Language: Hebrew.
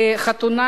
בחתונה